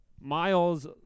Miles